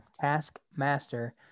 Taskmaster